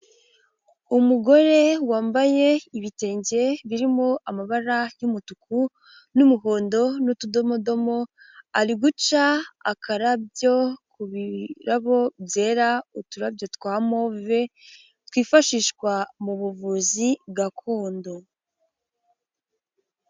Umugore wambaye ibitenge birimo amabara y'umutuku n'umuhondo n'utudomodomo, ari guca akarabyo ku birabo byera uturabyo twa move, twifashishwa mu buvuzi gakondo.